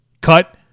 Cut